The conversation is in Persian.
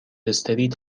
استریت